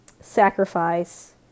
sacrifice